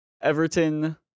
Everton